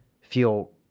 feel